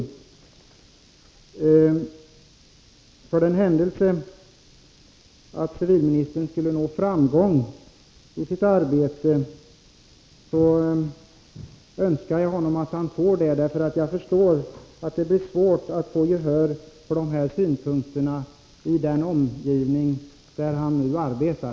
Jag önskar civilministern framgång i hans arbete — jag förstår att det blir svårt att få gehör för de här synpunkterna i den omgivning där Bo Holmberg nu arbetar.